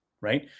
right